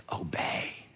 obey